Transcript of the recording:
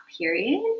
period